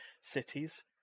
cities